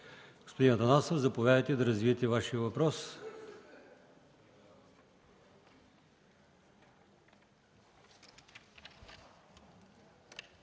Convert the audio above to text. Господин Атанасов, заповядайте да развиете Вашия въпрос.